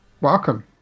Welcome